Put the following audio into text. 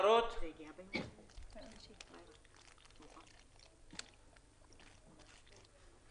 אין נמנעים, התקנות אושרו.